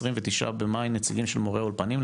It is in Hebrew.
29.5 נציגים של מורי האולפנים.